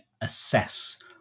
assess